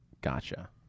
Gotcha